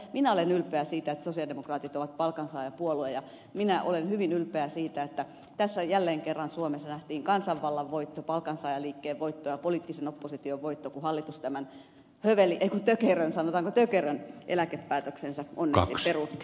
minä olen ylpeä siitä että sosialidemokraatit ovat palkansaajapuolue ja minä olen hyvin ylpeä siitä että tässä jälleen kerran suomessa nähtiin kansanvallan voitto palkansaajaliikkeen voitto ja poliittisen opposition voitto kun hallitus tämän sanotaanko tökerön eläkepäätöksensä onneksi peruutti